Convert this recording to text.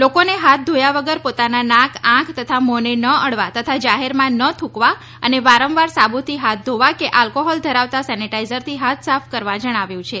લોકોને હાથ ધોયા વગર પોતાના નાક આંખ તથા મોંને ન અડવા તથા જાહેરમાં ન થૂંકવા અને વારંવાર સાબુથી હાથ ધોવા કે આલ્કોહોલ ધરાવતા સેનેટાઇઝરથી હાથ સાફ કરવા જણાવ્યું છે